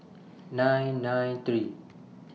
nine nine three